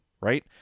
right